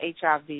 HIV